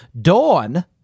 Dawn